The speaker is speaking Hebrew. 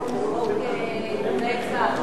אנחנו עוברים לנושא חדש: